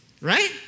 Right